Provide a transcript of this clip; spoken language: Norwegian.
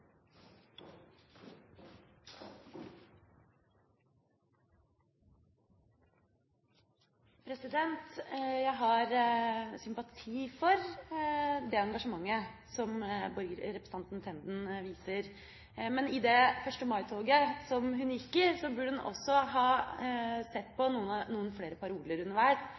Jeg har sympati for det engasjementet som representanten Tenden viser. Men da hun gikk i det 1. mai-toget, burde hun også ha sett på